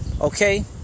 okay